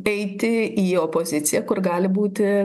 eiti į opoziciją kur gali būti